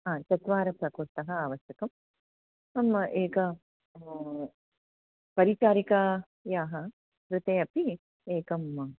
हा चत्वारः प्रकोष्ठाः आवश्यका मम एका परिचारिकायाः कृते अपि एकः